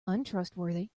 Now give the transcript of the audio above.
untrustworthy